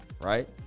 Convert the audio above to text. right